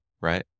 right